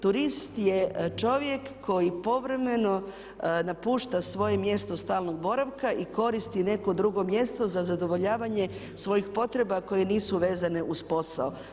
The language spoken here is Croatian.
Turist je čovjek koji povremeno napušta svoje mjesto stalnog boravka i koristi neko drugo mjesto za zadovoljavanje svojih potreba koje nisu vezane uz posao.